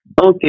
Okay